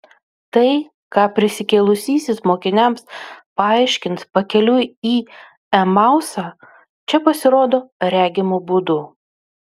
tai ką prisikėlusysis mokiniams paaiškins pakeliui į emausą čia pasirodo regimu būdu